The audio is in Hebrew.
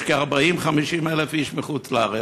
יש 40,000 50,000 איש מחוץ-לארץ,